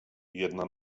jedna